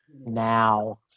now